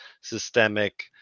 systemic